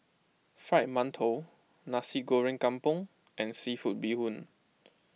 Fried Mantou Nasi Goreng Kampung and Seafood Bee Hoon